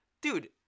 dude